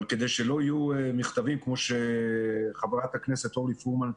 אנחנו לא רוצים שיהיו מכתבים כמו שקראה קודם חברת הכנסת אורלי פרומן,